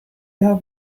jahr